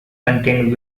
contained